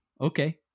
Okay